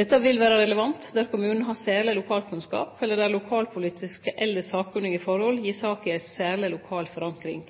Dette vil vere relevant der kommunen har særleg lokalkunnskap, eller der lokalpolitiske eller sakkunnige forhold gir saka ei særleg lokal forankring.